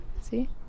See